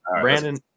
Brandon